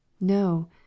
NO